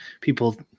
People